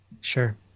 sure